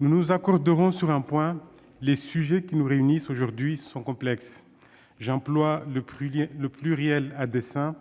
nous nous accorderons sur un point : les sujets qui nous réunissent aujourd'hui sont complexes. J'emploie le pluriel à dessein :